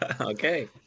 okay